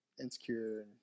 insecure